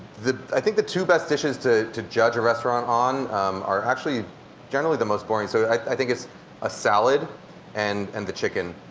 i think the two best dishes to to judge a restaurant on are actually generally the most boring, so i think it's a salad and and the chicken.